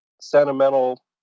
sentimental